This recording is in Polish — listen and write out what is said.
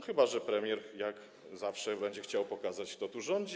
Chyba że premier jak zawsze będzie chciał pokazać, kto tu rządzi.